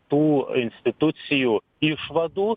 tų institucijų išvadų